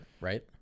right